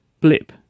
blip